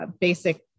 basic